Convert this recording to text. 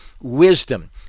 Wisdom